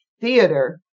theater